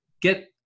get